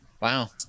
Wow